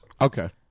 Okay